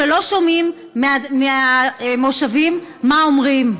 שלא שומעים מהמושבים מה אומרים,